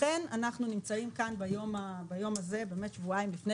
לכן אנחנו נמצאים כאן ביום הזה שבועיים לפני